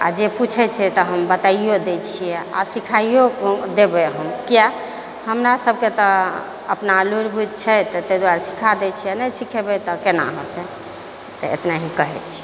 आ जे पूछै छै तऽ हम बताइयो दै छियै आ सिखाइयो देबै हम किया हमरा सभकेँ तऽ अपना लुड़ि बुद्धि छै ताहि दुआरे सिखा दै छियै नहि सिखेबै तऽ केना हेतै तऽ एतना ही कहै छी